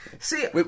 See